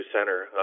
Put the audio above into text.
Center